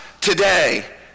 today